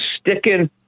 sticking